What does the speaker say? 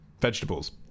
vegetables